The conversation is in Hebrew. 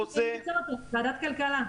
משנת --- ועדת כלכלה.